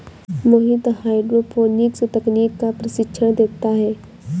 मोहित hydroponics तकनीक का प्रशिक्षण देता है